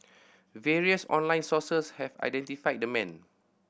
various online sources have identified the man